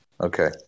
Okay